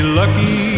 lucky